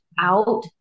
out